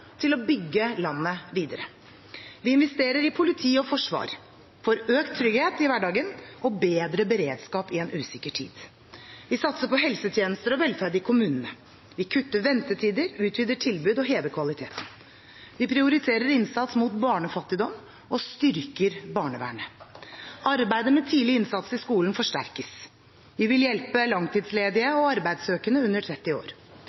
til å bygge landet videre. Vi investerer i politi og forsvar – for økt trygghet i hverdagen og bedre beredskap i en usikker tid. Vi satser på helsetjenester og velferd i kommunene. Vi kutter ventetider, utvider tilbud og hever kvaliteten. Vi prioriterer innsats mot barnefattigdom og styrker barnevernet. Arbeidet med tidlig innsats i skolen forsterkes. Vi vil hjelpe langtidsledige og arbeidssøkende under 30 år.